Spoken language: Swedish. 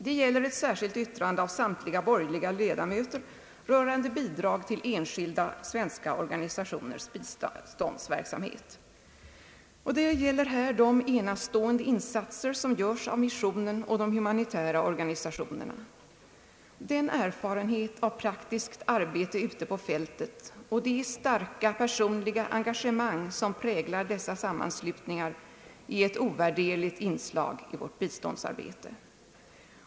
Det gäller ett särskilt yttrande av samtliga borgerliga ledamöter rörande bidrag till enskilda svenska organisationers biståndsverksamhet. Det rör sig här om de enastående insatser som görs av missionen och de humanitära organisationerna. Den erfarenhet av praktiskt arbete ute på fältet och det starka personliga engagemang som präglar dessa sammanslutningar är ett ovärderligt inslag i vårt biståndsarbete.